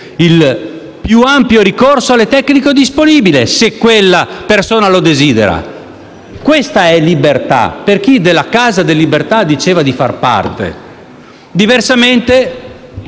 il più ampio ricorso alle tecniche disponibili se quella persona lo desidera. Questa è libertà, per chi della Casa delle Libertà diceva di far parte; diversamente